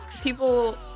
people